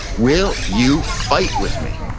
will you fight with me?